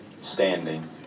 Standing